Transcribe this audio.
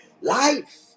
life